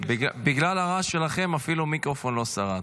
בגלל הרעש שלכם אפילו המיקרופון לא שרד.